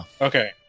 Okay